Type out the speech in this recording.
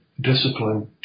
Discipline